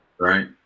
right